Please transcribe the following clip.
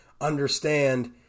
understand